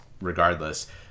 regardless